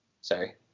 Sorry